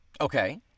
Okay